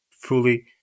fully